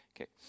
Okay